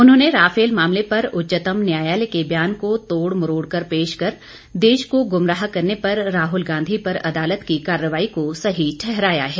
उन्होंने राफेल मामले पर उच्चतम न्यायालय के ब्यान को तोड़ मरोड़ कर पेश कर देश को गुमराह करने पर राहुल गांधी पर अदालत की कार्रवाई को सही ठहराया है